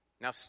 Now